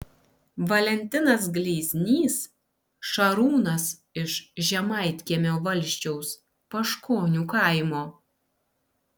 valentinas gleiznys šarūnas iš žemaitkiemio valsčiaus paškonių kaimo